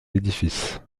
l’édifice